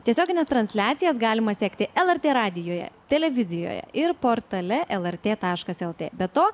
tiesiogines transliacijas galima sekti lrt radijuje televizijoje ir portale lrt taškas lt be to